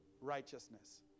righteousness